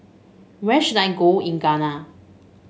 where should I go in Ghana